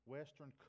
Western